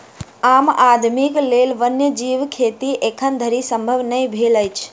आम आदमीक लेल वन्य जीव खेती एखन धरि संभव नै भेल अछि